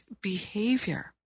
behavior